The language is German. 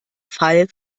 fall